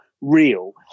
real